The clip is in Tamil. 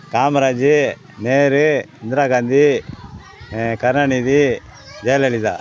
காமராஜ் நேரு இந்திரா காந்தி கருணாநிதி ஜெயலலிதா